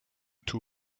two